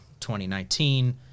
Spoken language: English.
2019